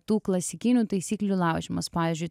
tų klasikinių taisyklių laužymas pavyzdžiui